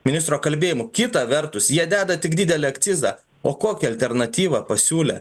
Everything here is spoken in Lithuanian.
ministro kalbėjimu kita vertus jie deda tik didelį akcizą o kokią alternatyvą pasiūlė